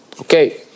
Okay